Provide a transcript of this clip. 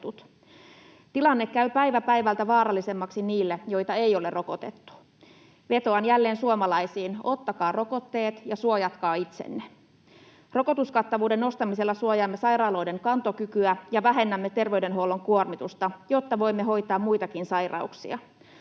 Tilanne käy päivä päivältä vaarallisemmaksi niille, joita ei ole rokotettu. Vetoan jälleen suomalaisiin: ottakaa rokotteet ja suojatkaa itsenne. Rokotuskattavuuden nostamisella suojaamme sairaaloiden kantokykyä ja vähennämme terveydenhuollon kuormitusta, jotta voimme hoitaa muitakin sairauksia.